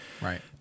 Right